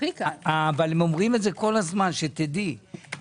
הם אומרים את זה כל הזמן אומרים: